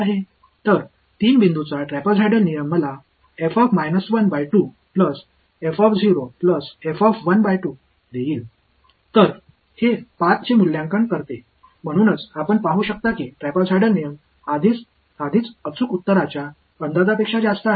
ஆகவே ட்ரெப்சாய்டல் விதி ஏற்கனவே சரியான பதிலை மதிப்பிடுவதை விட அதிகமாக இருப்பதைக் காணலாம் உண்மையான பதில் 4 ஆக இருக்கும்போது 5 சிறிய அளவு அல்ல எனவே அது பெரிய மாற்றம்